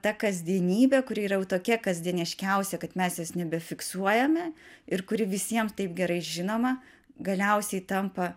ta kasdienybė kuri yra jau tokia kasdieniškiausia kad mes jos nebefiksuojame ir kuri visiem taip gerai žinoma galiausiai tampa